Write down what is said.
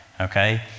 okay